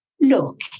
Look